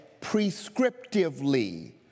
prescriptively